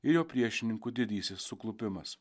i jo priešininkų didysis suklupimas